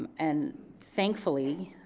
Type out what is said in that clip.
and thankfully,